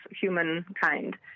humankind